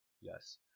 yes